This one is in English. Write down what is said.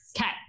Okay